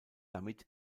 damit